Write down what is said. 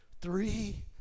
Three